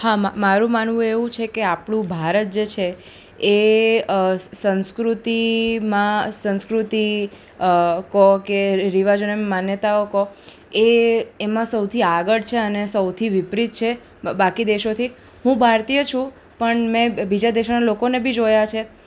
હા મા મારું માનવું એવું છે કે આપણું ભારત જે છે એ સંસ્કૃતિમાં સંસ્કૃતિ કહો કે રિવાજો અને માન્યતાઓ કહો એ એમાં સૌથી આગળ છે અને સૌથી વિપરીત છે બાકી દેશોથી હું ભારતીય છું પણ મેં બીજા દેશનાં લોકોને બી જોયા છે